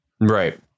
Right